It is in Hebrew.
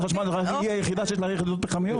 חשמל היא היחידה שיש לה יחידות פחמיות.